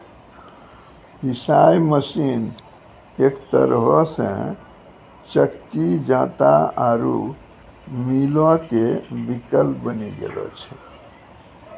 पिशाय मशीन एक तरहो से चक्की जांता आरु मीलो के विकल्प बनी गेलो छै